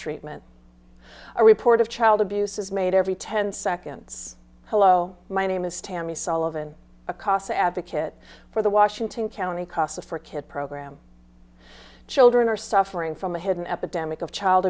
maltreatment a report of child abuse is made every ten seconds hello my name is tammy sullivan a casa advocate for the washington county casa for kid program children are suffering from a hidden epidemic of child